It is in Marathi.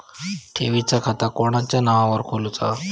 ठेवीचा खाता कोणाच्या नावार खोलूचा?